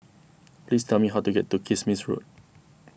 please tell me how to get to Kismis Road